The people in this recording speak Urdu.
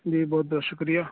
جی بہت بہت شکریہ